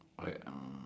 okay um